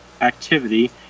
activity